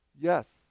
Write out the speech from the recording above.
Yes